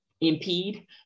impede